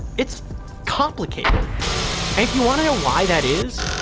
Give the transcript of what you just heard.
it's complicated. and if you want to know why that is,